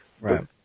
Right